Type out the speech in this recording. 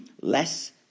less